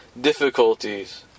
difficulties